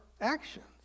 actions